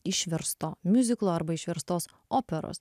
išversto miuziklo arba išverstos operos